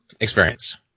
experience